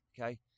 okay